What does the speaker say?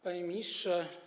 Panie Ministrze!